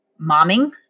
momming